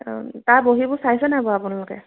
তাৰ বহীবোৰ চাইছে নাই বাৰু আপোনালোকে